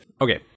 Okay